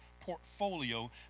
portfolio